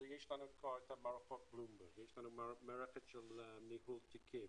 יש כבר מערכת של ניהול תיקים,